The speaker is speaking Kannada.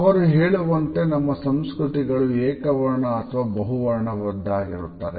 ಅವರು ಹೇಳುವಂತೆ ನಮ್ಮಸಂಸ್ಕೃತಿಗಳು ಏಕವರ್ಣ ಅಥವಾ ಬಹುವರ್ಣದಾಗಿರುತ್ತವೆ